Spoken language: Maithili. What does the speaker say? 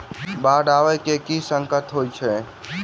बाढ़ आबै केँ की संकेत होइ छै?